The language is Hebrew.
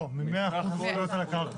לא, מ-100% זכויות על הקרקע.